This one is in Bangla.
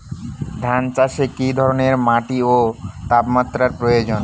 ধান চাষে কী ধরনের মাটি ও তাপমাত্রার প্রয়োজন?